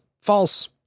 False